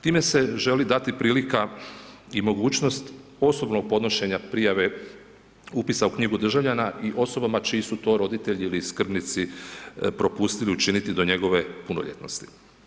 Time se želi dati prilika i mogućnost osobnog podnošenja prijave upisa u knjigu državljana i osobama čiji su to roditelji ili skrbnici propustili učiniti do njegove punoljetnosti.